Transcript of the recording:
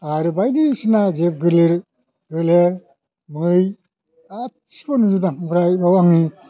आरो बायदिसिना जे गोलेर गोलेर मै गासिखौबो नुजोबदां ओमफ्राय बेयाव आंनि